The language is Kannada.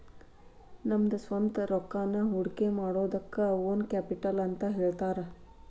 ನಮ್ದ ಸ್ವಂತ್ ರೊಕ್ಕಾನ ಹೊಡ್ಕಿಮಾಡಿದಕ್ಕ ಓನ್ ಕ್ಯಾಪಿಟಲ್ ಅಂತ್ ಹೇಳ್ತಾರ